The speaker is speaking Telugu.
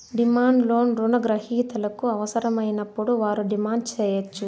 డిమాండ్ లోన్ రుణ గ్రహీతలకు అవసరమైనప్పుడు వారు డిమాండ్ సేయచ్చు